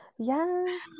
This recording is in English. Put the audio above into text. Yes